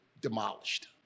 demolished